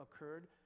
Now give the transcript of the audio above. occurred